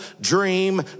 dream